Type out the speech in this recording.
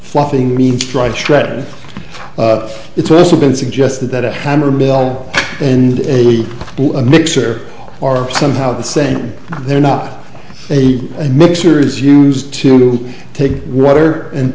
fluffing means dr stretton it's also been suggested that a hammer mill and a mixer are somehow the same they're not a mixture is used to take water and